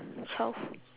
twelve